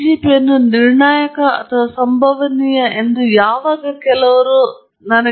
ಡಿಜಿಪಿಯನ್ನು ನಿರ್ಣಾಯಕ ಅಥವಾ ಸಂಭವನೀಯ ಎಂದು ಯಾವಾಗ ಕೆಲವರು ಬಂದು ನನಗೆ ಹೇಳುತ್ತೀರಾ